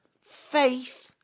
faith